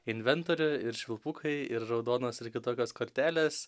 inventorių ir švilpukai ir raudonos ir kitokios kortelės